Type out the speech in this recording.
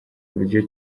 buryo